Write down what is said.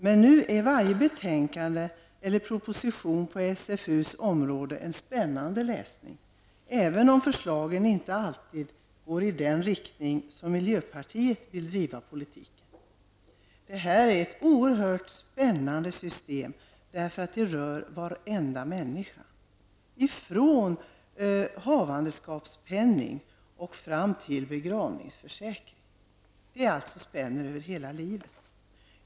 Men nu är varje betänkande eller proposition på socialförsäkringsutskottets område en spännande läsning, även om förslagen inte alltid går i den riktning som miljöpartiet vill driva politiken. Det här är ett oerhört spännande system, därför att det rör varenda människa. Det sträcker sig ifrån havandeskapspenning fram till begravningsförsäkring. Det spänner alltså över hela livet.